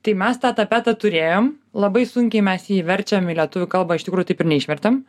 tai mes tą tapetą turėjom labai sunkiai mes jį verčiam į lietuvių kalbą iš tikrųjų taip ir neišvertėm